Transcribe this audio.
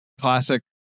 Classic